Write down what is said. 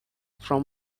from